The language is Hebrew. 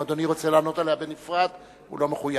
אם אדוני רוצה לענות עליה בנפרד, הוא לא מחויב.